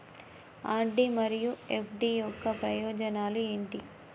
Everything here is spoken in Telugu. ఆర్.డి మరియు ఎఫ్.డి యొక్క ప్రయోజనాలు ఏంటి?